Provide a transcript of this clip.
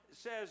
says